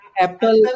Apple